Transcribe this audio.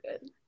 good